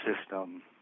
system